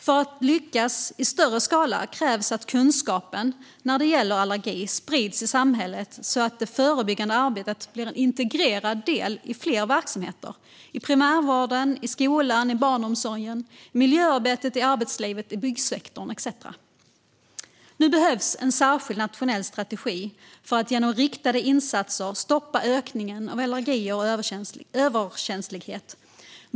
För att lyckas i större skala krävs att kunskapen när det gäller allergi sprids i samhället så att det förebyggande arbetet blir en integrerad del i fler verksamheter - i primärvården, i skolan, i barnomsorgen, i miljöarbetet, i arbetslivet, i byggsektorn etcetera. Nu behövs en särskild nationell strategi för att genom riktade insatser stoppa ökningen av allergier och överkänslighet.